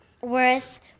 worth